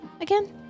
again